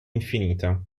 infinita